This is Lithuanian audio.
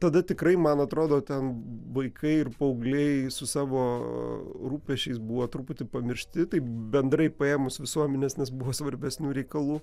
tada tikrai man atrodo ten vaikai ir paaugliai su savo rūpesčiais buvo truputį pamiršti taip bendrai paėmus visuomenės nes buvo svarbesnių reikalų